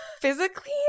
physically